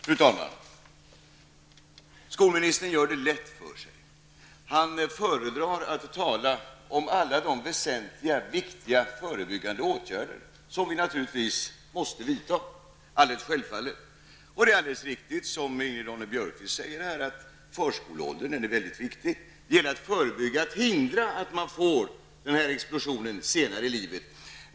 Fru talman! Skolministern gör det lätt för sig. Han föredrar att tala om alla de väsentliga, viktiga förebyggande åtgärder som vi naturligtvis måste vidta. Det är alldeles självklart. Det är riktigt som Ingrid Ronne-Björkqvist säger att förskoleåldern är mycket viktig. Det gäller att förebygga och hindra att man får den här explosionen senare i livet.